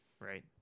right